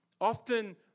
often